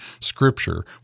Scripture—